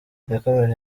yakomeje